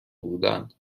بودند